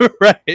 Right